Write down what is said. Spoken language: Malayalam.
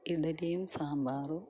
ഇഡ്ഡലിയും സാമ്പാറും